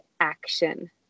action